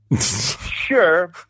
Sure